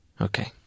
Okay